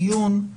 דיון,